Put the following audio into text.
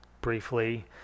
briefly